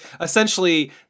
essentially